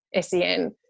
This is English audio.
SEN